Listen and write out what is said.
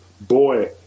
boy